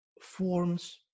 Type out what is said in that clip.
forms